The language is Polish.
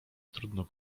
trudno